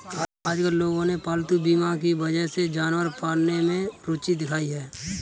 आजकल लोगों ने पालतू बीमा की वजह से जानवर पालने में रूचि दिखाई है